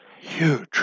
huge